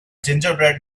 gingerbread